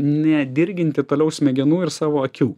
nedirginti toliau smegenų ir savo akių